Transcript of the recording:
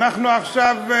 אנחנו עכשיו,